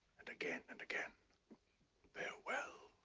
and again and again farewell,